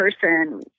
person